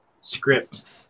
script